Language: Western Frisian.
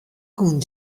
koene